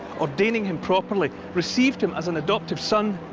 ordaining him properly, received him as an adoptive son,